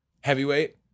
Heavyweight